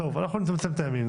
אנחנו נצמצם את מספר הימים.